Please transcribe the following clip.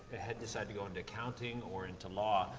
had decided to go into accounting, or into law,